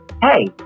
hey